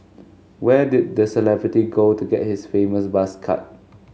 where did the celebrity go to get his famous buzz cut